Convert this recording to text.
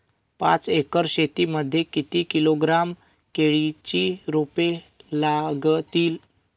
पाच एकर शेती मध्ये किती किलोग्रॅम केळीची रोपे लागतील?